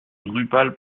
drupal